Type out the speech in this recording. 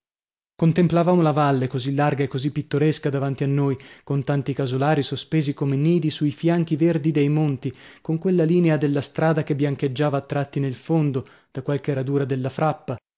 stucco contemplavamo la valle così larga e così pittoresca davanti a noi con tanti casolari sospesi come nidi sui fianchi verdi dei monti con quella linea della strada che biancheggiava a tratti nel fondo da qualche radura della frappa